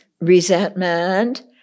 resentment